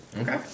Okay